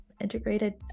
integrated